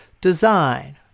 design